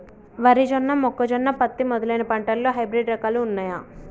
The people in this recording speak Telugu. వరి జొన్న మొక్కజొన్న పత్తి మొదలైన పంటలలో హైబ్రిడ్ రకాలు ఉన్నయా?